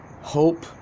hope